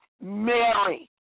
Mary